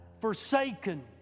forsaken